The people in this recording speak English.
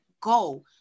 go